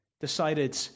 Decided